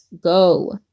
go